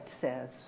says